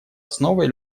основой